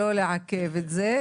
כדי לא לעכב את זה.